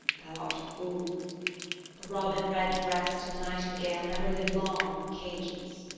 thou art a fool the robin-red-breast and the nightingale never live long in cages.